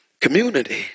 community